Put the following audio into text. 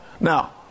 Now